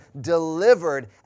delivered